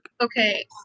Okay